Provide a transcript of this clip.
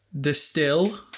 Distill